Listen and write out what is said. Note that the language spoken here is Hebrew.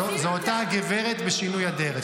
זו אותה גברת בשינוי אדרת.